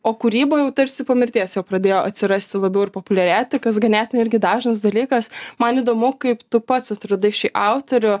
o kūryba jau tarsi po mirties jo pradėjo atsirasti labiau ir populiarėti kas ganėtinai irgi dažnas dalykas man įdomu kaip tu pats atradai šį autorių